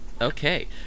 Okay